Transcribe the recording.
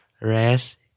Rest